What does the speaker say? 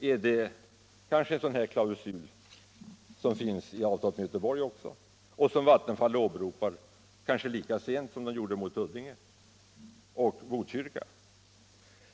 Är det en sådan här klausul som finns i avtalet för Göteborg också och som Vattenfall åberopar — kanske lika sent som man gjorde mot Huddinge och Botkyrka?